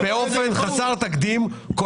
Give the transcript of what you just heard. באופן חסר תקדים,